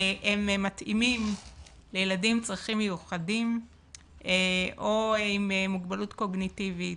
שמתאימות לילדים עם צרכים מיוחדים או עם מוגבלות קוגניטיבית,